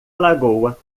lagoa